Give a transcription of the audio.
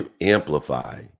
amplify